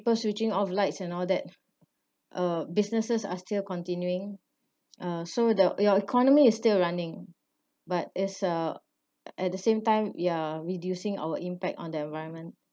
people switching off lights and all that uh businesses are still continuing uh so the ya economy is still running but is uh at the same time ya reducing our impact on the environment